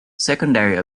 secondary